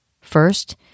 First